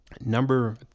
number